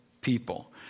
people